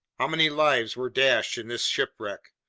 how many lives were dashed in this shipwreck!